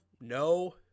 No